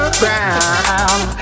ground